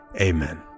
amen